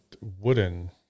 wooden